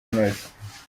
unoze